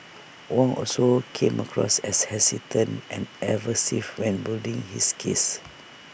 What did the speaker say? Wong also came across as hesitant and evasive when building his case